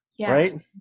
right